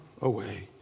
away